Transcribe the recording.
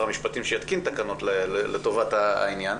המשפטים שיתקין תקנות לטובת העניין.